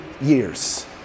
years